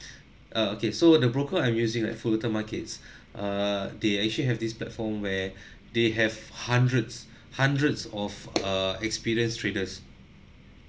ah okay so the broker I'm using like fullerton markets err they actually have this platform where they have hundreds hundreds of err experienced traders